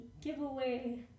giveaway